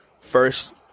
first